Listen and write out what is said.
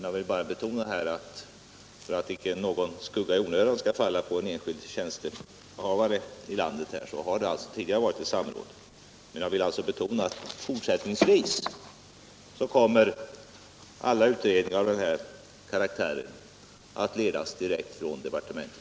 Låt mig bara betona, för att icke någon skugga i onödan skall falla på en enskild tjänsteinnehavare i landet, att det har tidigare varit ett samråd. Jag är angelägen om att framhålla att fortsättningsvis kommer alla utredningar av den här karaktären att ledas direkt från departementet.